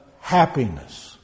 happiness